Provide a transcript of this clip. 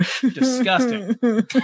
Disgusting